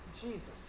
Jesus